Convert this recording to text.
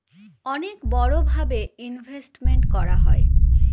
অনেক বড়ো ভাবে ইনভেস্টমেন্ট করা হয়